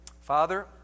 Father